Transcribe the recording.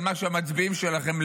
על מה המצביעים שלכם,